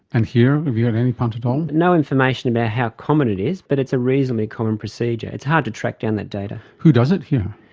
and here? have you got any punt at all? no information about how common it is, but it's a reasonably common procedure. it's hard to track down that data. who does it here?